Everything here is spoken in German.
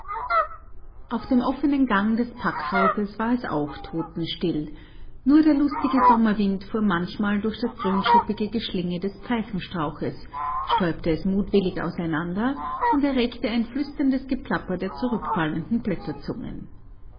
auf dem offenen gang des packhauses war es auch totenstill nur der lustige sommerwind fuhr manchmal durch das grünschuppige geschlinge des pfeifenstrauches stäubte es mutwillig auseinander und erregte ein flüsterndes geplapper der zurückfallenden